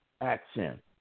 action